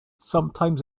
sometimes